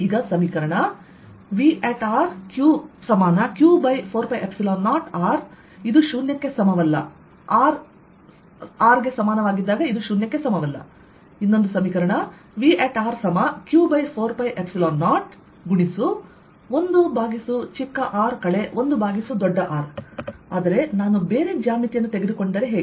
Vrq4π0r≠0 at rR Vrq4π01r 1R ಆದರೆ ನಾನು ಬೇರೆ ಜ್ಯಾಮಿತಿಯನ್ನು ತೆಗೆದುಕೊಂಡರೆ ಹೇಗೆ